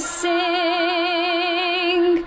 sing